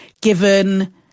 given